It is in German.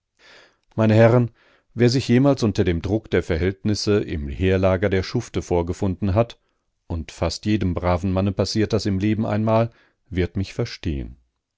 meine herren wer sich jemals unter dem druck der verhältnisse im heerlager der schufte vorgefunden hat und fast jedem braven manne passiert das im leben einmal wird mich verstehen